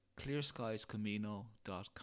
clearskiescamino.com